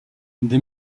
des